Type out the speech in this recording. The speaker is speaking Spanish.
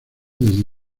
desde